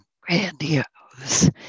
grandiose